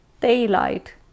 daylight